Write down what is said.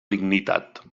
dignitat